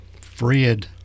Fred